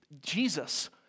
Jesus